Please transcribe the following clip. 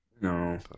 No